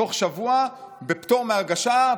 תוך שבוע בפטור מהגשה,